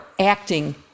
acting